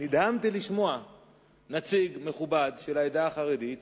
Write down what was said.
נדהמתי לשמוע נציג מכובד של העדה החרדית,